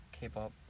K-pop